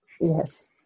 yes